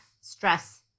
stress